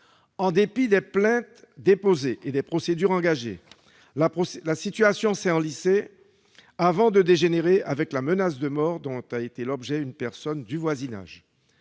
En dépit des plaintes déposées et des procédures engagées, la situation s'est enlisée avant de dégénérer avec la menace de mort dont a été l'objet une personne du voisinage.